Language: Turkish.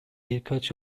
birkaç